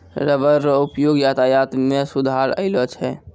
rubber रो उपयोग यातायात मे सुधार अैलौ छै